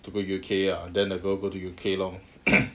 to go U_K ah then the girl go to U_K lor